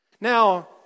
Now